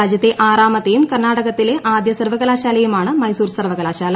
രാജ്യത്തെ ആറാമത്തെയും കർണ്ണാടകത്തിലെ ആദ്യ സർവ്വകലാശാലയുമാണ് മൈസൂർ സർവ്വകലാശാല